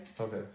okay